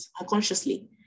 unconsciously